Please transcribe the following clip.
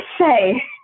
say